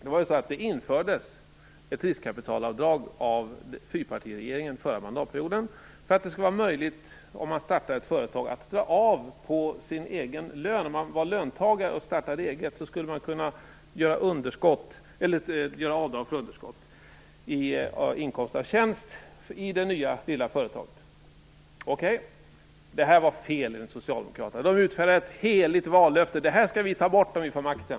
Fyrpartiregeringen införde under förra mandatperioden ett riskkapitalavdrag för att göra det möjligt för den som startar ett företag att dra av på den egna lönen. Det handlar alltså om löntagare som startar eget. Meningen var att man skulle kunna göra avdrag för underskott vad gäller inkomst av tjänst i det nya lilla företaget. Detta var fel enligt Socialdemokraterna. De utfärdade ett heligt vallöfte om att ta bort den här möjligheten om de fick makten.